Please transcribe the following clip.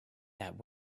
that